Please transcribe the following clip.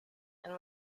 and